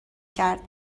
کرد